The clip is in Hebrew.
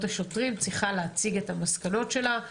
השוטרים צריכה להציג את המסקנות שלה,